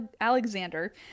Alexander